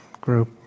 group